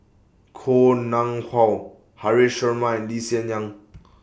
Koh Nguang How Haresh Sharma and Lee Hsien Yang